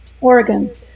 Oregon